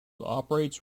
operates